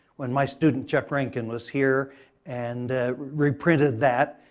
when my student chuck rankin was here and reprinted that,